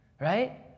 right